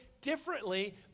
differently